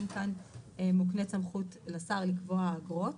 גם כאן מוקנית סמכות לשר לקבוע אגרות.